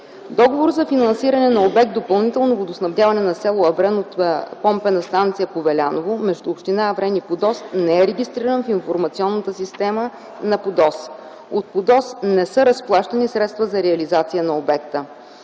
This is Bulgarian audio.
Договорът за финансиране на обект „Допълнително водоснабдяване на с. Аврен от помпена станция „Повеляново”, вместо община Аврен и ПУДООС не е регистрирана в информационната система на ПУДООС. От ПУДООС не са разплащани средства за реализация на обекта.